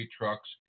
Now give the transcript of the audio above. trucks